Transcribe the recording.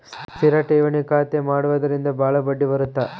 ಸ್ಥಿರ ಠೇವಣಿ ಖಾತೆ ಮಾಡುವುದರಿಂದ ಬಾಳ ಬಡ್ಡಿ ಬರುತ್ತ